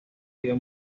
video